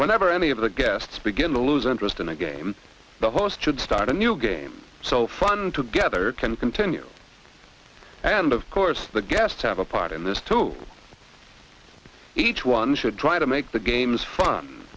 whenever any of the guests begin to lose interest in the game the host should start a new game so fun together can continue and of course the guests have a part in this too each one should try to make the games fun